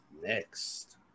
next